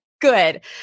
Good